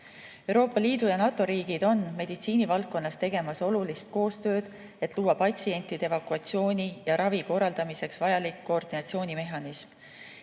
Euroopa Liidu ja NATO riigid teevad meditsiinivaldkonnas olulist koostööd, et luua patsientide evakuatsiooni ja ravi korraldamiseks vajalik koordinatsioonimehhanism.